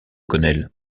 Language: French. colonel